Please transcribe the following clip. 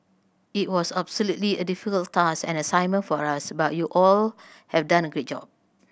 it was absolutely a difficult task and assignment for us but you all have done a great job